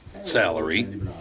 salary